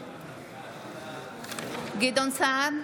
גדעון סער,